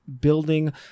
Building